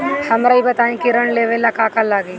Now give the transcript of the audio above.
हमरा ई बताई की ऋण लेवे ला का का लागी?